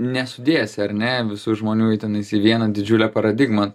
nesudėsi ar ne visų žmonių į tenais į vieną didžiulę paradigmą